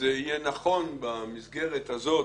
שיהיה נכון במסגרת הזאת,